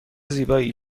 زیبایی